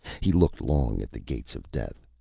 he looked long at the gates of death,